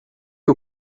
que